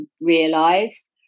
realised